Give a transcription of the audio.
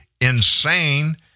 insane